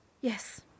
Yes